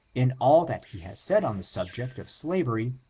in all that he has said on the subject of slavery,